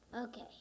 Okay